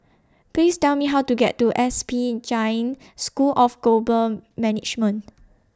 Please Tell Me How to get to S P Jain School of Global Management